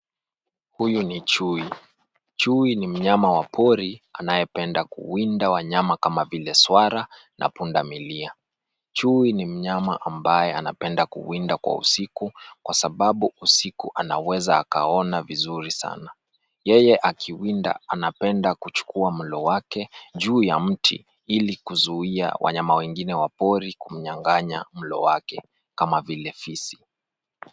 Huyu ni chui, chui ni mnyama wa pori anayependa kuwinda wanyama kama vile swara na punda milia. Chui ni mnyama ambaye anapenda kuwinda kwa usiku kwasababu usiku anaweza akaona vizuri sana. Yeye akiwinda anapenda kuchukua mlo wake juu ya mti ili kuzuia wanyama wengine wa pori kumnyang'anya mlo wake kama vile fisi.